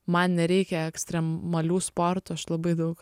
man nereikia ekstremalių sportų aš labai daug